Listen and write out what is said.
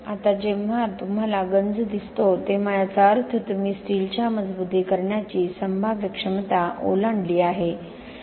आता जेव्हा तुम्हाला गंज येतो तेव्हा याचा अर्थ तुम्ही स्टीलच्या मजबुतीकरणाची संभाव्य क्षमता ओलांडली आहे